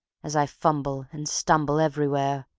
as i fumble and stumble everywhere,